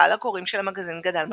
קהל הקוראים של המגזין גדל משמעותית.